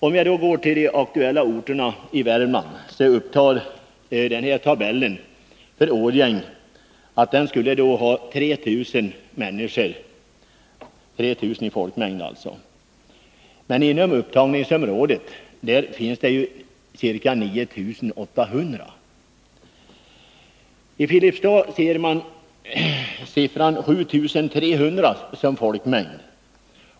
Om vi ser på de aktuella orterna i Värmland, så finner vi att tabellen för Årjäng upptar en folkmängd på 3 000 invånare. Men inom upptagningsområdet finns ca 9 800 invånare. För Filipstad uppger man siffran 7 300 som folkmängd.